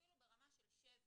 אפילו ברמה של שבר,